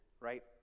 right